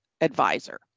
advisor